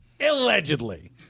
Allegedly